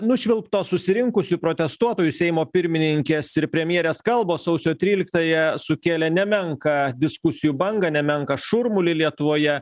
nušvilptos susirinkusių protestuotojų seimo pirmininkės ir premjerės kalbos sausio tryliktąją sukėlė nemenką diskusijų bangą nemenką šurmulį lietuvoje